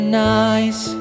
nice